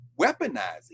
weaponizing